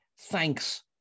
Thanks